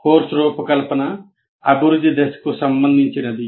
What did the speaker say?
course రూపకల్పన అభివృద్ధి దశకు సంబంధించినది